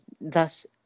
thus